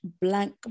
blank